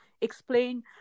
explain